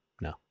No